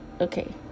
okay